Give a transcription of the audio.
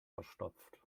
verstopft